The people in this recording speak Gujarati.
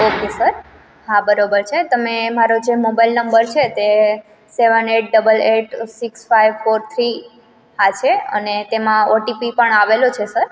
ઓકે સર હા બરોબર છે તમે મારો જે મોબાઈલ નંબર છે તે seven eight double eight six five four three આ છે અને તેમાં ઓટીપી પણ આવેલો છે સર